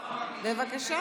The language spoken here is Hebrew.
אלכס,